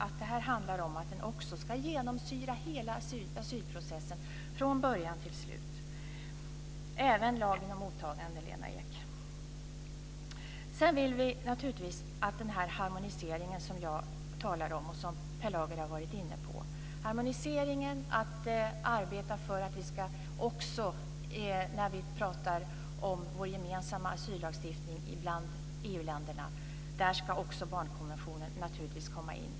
Det handlar om att barnkonventionen också ska genomsyra hela asylprocessen från början till slut - Detta gäller naturligtvis också den harmonisering som jag talar om och som Per Lager har varit inne på: harmoniseringen att också få in barnkonventionen när vi pratar om vår gemensamma asyllagstiftning bland EU-länderna.